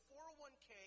401k